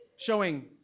Showing